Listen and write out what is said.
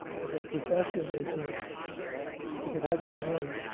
because a profession is a if it has a name,